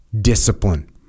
discipline